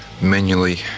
manually